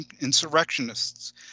insurrectionists